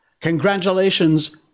Congratulations